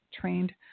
trained